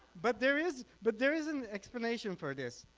but there is but there is an explanation for this.